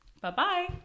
Bye-bye